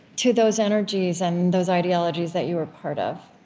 to those energies and those ideologies that you were a part of.